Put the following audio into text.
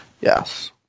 Yes